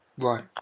Right